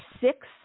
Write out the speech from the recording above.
six